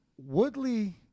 Woodley